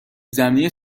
زمینی